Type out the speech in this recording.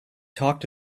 talked